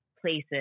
places